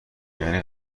یعنی